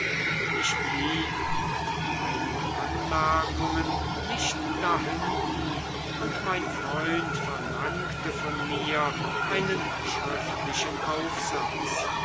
ich blieb mit meinen anmerkungen nicht dahinten und mein freund verlangte von mir einen schriftlichen aufsatz